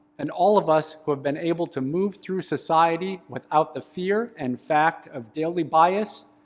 and all of us who have been able to move through society without the fear and fact of daily bias,